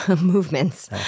movements